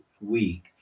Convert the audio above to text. week